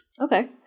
Okay